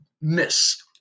miss